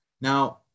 Now